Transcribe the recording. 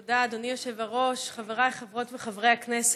תודה, אדוני היושב-ראש, חבריי חברות וחברי הכנסת,